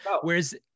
Whereas